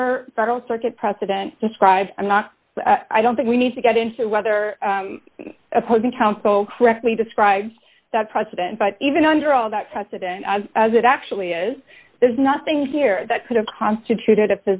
another federal circuit president described i'm not i don't think we need to get into whether opposing counsel correctly describes that president but even under all that such a day as it actually is there's nothing here that could have constituted a